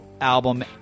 album